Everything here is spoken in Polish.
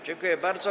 Dziękuję bardzo.